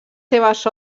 seves